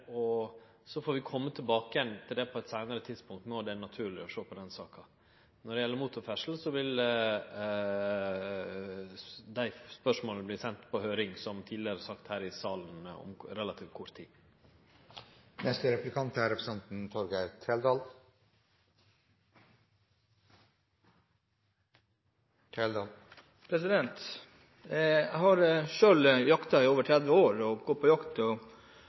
og så får vi kome tilbake til det på eit seinare tidspunkt når det er naturleg å sjå på den saka. Når det gjeld motorferdsel, vil dei spørsmåla verte sende på høyring om relativt kort tid, som tidlegare sagt her i salen. Jeg har selv jaktet i over 30 år og startet min jaktkarriere med å bruke bly. Det vi ser nå, etter at man har gått over til vismut og